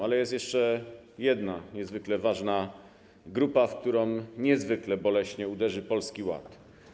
Ale jest jeszcze jedna niezwykle ważna grupa, w którą niezwykle boleśnie uderzy Polski Ład.